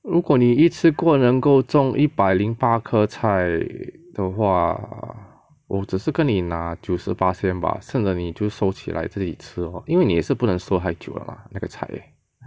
如果你一次过能够种一百零八棵菜的话我只是跟你拿九十巴仙吧剩的你就收起来自己吃 lor 因为你也是不能收太久 lah 那个菜